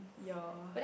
ya